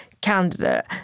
candidate